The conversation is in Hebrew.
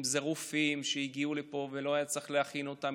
אם זה רופאים שהגיעו לפה ולא היה צריך להכין אותם,